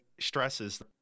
stresses